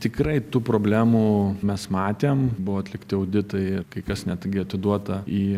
tikrai tų problemų mes matėm buvo atlikti auditai ir kai kas netgi atiduota į